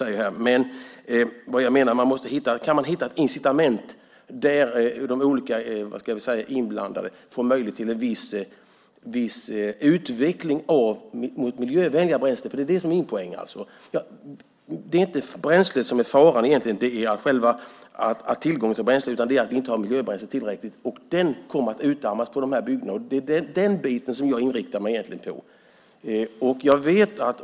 Man bör kunna hitta ett incitament som gör att de olika inblandade får möjlighet till en viss utveckling av det miljövänliga bränslet. Det är min poäng. Det är egentligen inte själva tillgången till bränsle som är faran, utan att vi inte har tillräckligt med miljöbränsle. Detta kommer att utarmas i de här bygderna. Det är den biten jag inriktar mig på.